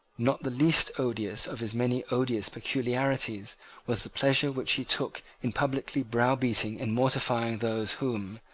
not the least odious of his many odious peculiarities was the pleasure which he took in publicly browbeating and mortifying those whom,